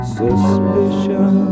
suspicion